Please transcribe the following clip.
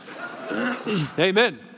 Amen